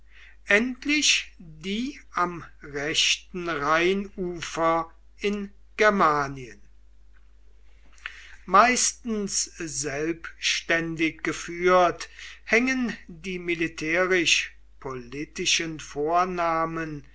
endlich die am rechten rheinufer in germanien meistens selbständig geführt hängen die militärisch politischen vornahmen